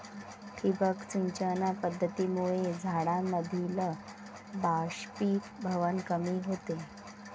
ठिबक सिंचन पद्धतीमुळे झाडांमधील बाष्पीभवन कमी होते